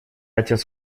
отец